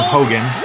Hogan